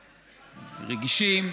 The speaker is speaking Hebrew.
רגישים,